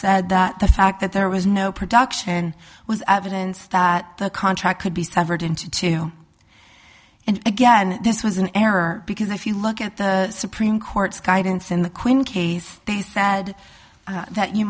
said that the fact that there was no production was adamant that the contract could be severed into two and again this was an error because if you look at the supreme court's guidance in the quinn case they sad that you